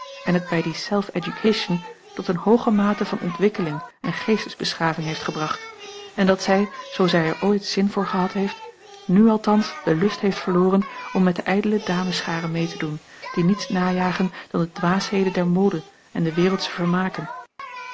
en het bij die self education tot eene hooge mate van ontwikkeling en geestesbeschaving heeft gebracht en dat zij zoo zij er ooit zin voor gehad heeft nu althans den lust heeft verloren om met de ijdele damesschare mee te doen die niets najagen dan de dwaasheden der mode en de wereldsche vermaken